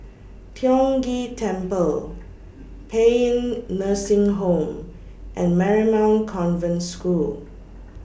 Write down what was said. Tiong Ghee Temple Paean Nursing Home and Marymount Convent School